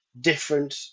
different